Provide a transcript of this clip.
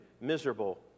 miserable